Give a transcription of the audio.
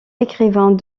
écrivains